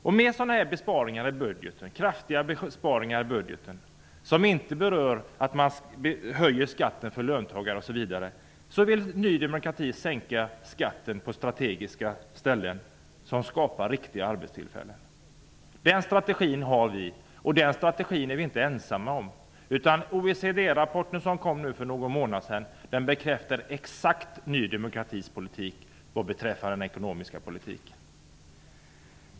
Genom sådana här kraftiga besparingar i budgeten som inte innebär att man höjer skatten för löntagare osv. vill Ny demokrati i stället sänka skatten på strategiska ställen, så att riktiga arbetstillfällen kan skapas. Detta är vår strategi, och den är vi inte ensamma om. OECD-rapporten som kom för några månader sedan bekräftar exakt Ny demokratis ekonomiska politik.